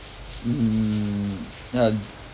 mm ya